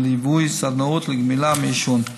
בליווי סדנאות לגמילה מעישון.